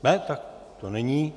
Ne, tak to není.